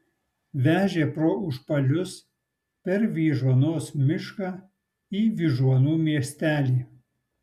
vežė pro užpalius per vyžuonos mišką į vyžuonų miestelį